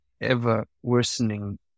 ever-worsening